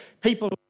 people